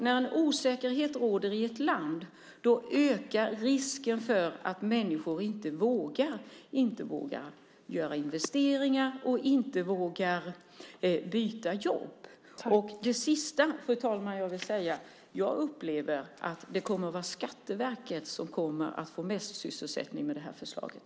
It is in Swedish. När osäkerhet råder i ett land ökar risken för att människor inte vågar göra investeringar och byta jobb. Jag upplever att det kommer att vara Skatteverket som kommer att få mest sysselsättning med det här förslaget.